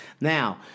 Now